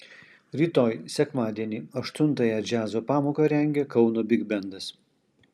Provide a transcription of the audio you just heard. rytoj sekmadienį aštuntąją džiazo pamoką rengia kauno bigbendas